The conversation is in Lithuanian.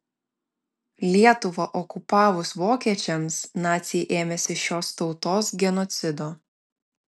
lietuvą okupavus vokiečiams naciai ėmėsi šios tautos genocido